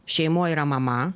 šeimoj yra mama